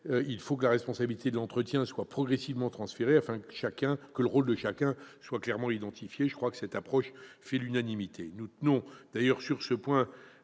Il faut que la responsabilité de l'entretien soit progressivement transférée, afin que le rôle de chacun soit clairement identifié. Je crois que cette approche fait l'unanimité. Sur ce point,